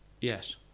Yes